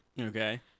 Okay